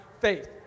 faith